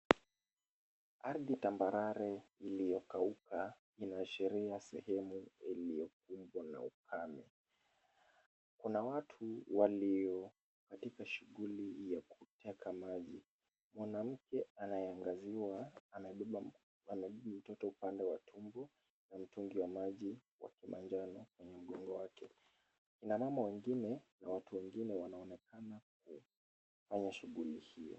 Ardhi tambarare iliyokauka inaashiria sehemu iliyokumbwa na ukame. Kuna watu walio katika shughuli ya kuteka maji. Mwanamke anayeangaziwa amebeba mtoto upande wa tumbo na mtungi wa maji wa kimanjano kwenye mgongo wake. Kina mama wengine na watu wengine wanaonekana kufanya shughuli hio.